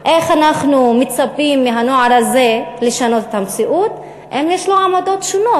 איך אנחנו מצפים מהנוער הזה לשנות את המציאות אם יש לו עמדות שונות,